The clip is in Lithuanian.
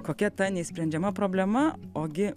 kokia ta neišsprendžiama problema ogi